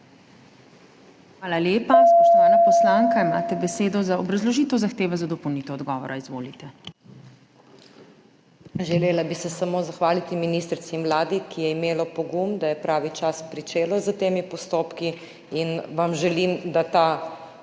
Hvala lepa. Spoštovana poslanka, imate besedo za obrazložitev zahteve za dopolnitev odgovora. Izvolite. **MAG. MEIRA HOT (PS SD):** Želela bi se samo zahvaliti ministrici in vladi, ki je imela pogum, da je pravi čas pričela s temi postopki. In vam želim, da to